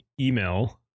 email